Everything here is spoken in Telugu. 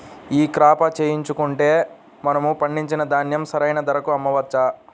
ఈ క్రాప చేయించుకుంటే మనము పండించిన ధాన్యం సరైన ధరకు అమ్మవచ్చా?